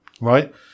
Right